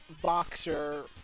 Boxer